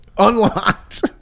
Unlocked